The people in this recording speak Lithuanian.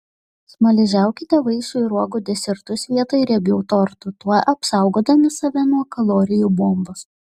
smaližiaukite vaisių ir uogų desertus vietoj riebių tortų tuo apsaugodami save nuo kalorijų bombos